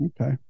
okay